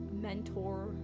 mentor